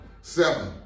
seven